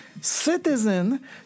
citizen